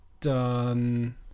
done